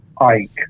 Ike